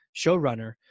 showrunner